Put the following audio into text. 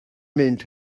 mynd